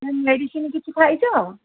medicine କିଛି ଖାଇଛ